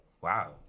wow